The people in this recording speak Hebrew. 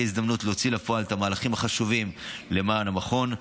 ההזדמנות להוציא לפועל את המהלכים החשובים למען המכון.